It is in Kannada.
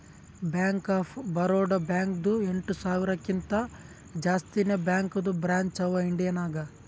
ಬ್ಯಾಂಕ್ ಆಫ್ ಬರೋಡಾ ಬ್ಯಾಂಕ್ದು ಎಂಟ ಸಾವಿರಕಿಂತಾ ಜಾಸ್ತಿನೇ ಬ್ಯಾಂಕದು ಬ್ರ್ಯಾಂಚ್ ಅವಾ ಇಂಡಿಯಾ ನಾಗ್